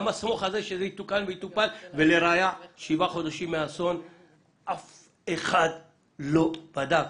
גם ה"סמוך" הזה שיתוקן ויטופל ולראיה שבעה חודשים מהאסון אף אחד לא בדק.